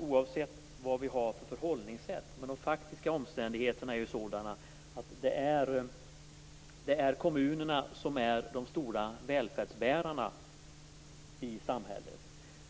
Oavsett vilket förhållningssätt vi har, är de faktiska omständigheterna sådana att det är kommunerna som är de stora välfärdsbärarna i samhället.